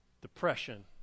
depression